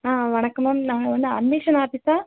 ஆ வணக்கம் மேம் நாங்கள் வந்து அட்மிஷன் ஆஃபீஸா